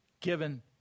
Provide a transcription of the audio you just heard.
given